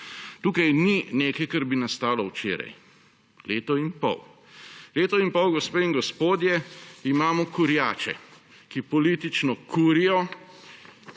Tukaj ni nekaj, kar bi nastalo včeraj. Leto in pol, leto in pol, gospe in gospodje, imamo kurjače, ki politično kurijo.